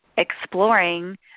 exploring